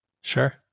sure